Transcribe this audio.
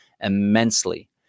immensely